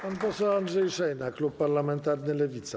Pan poseł Andrzej Szejna, klub parlamentarny Lewica.